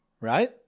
right